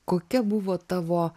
kokia buvo tavo